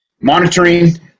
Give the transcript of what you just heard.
monitoring